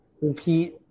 repeat